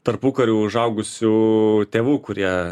tarpukariu užaugusių tėvų kurie